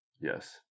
Yes